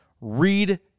read